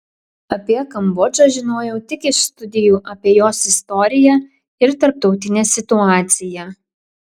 apie kambodžą žinojau tik iš studijų apie jos istoriją ir tarptautinę situaciją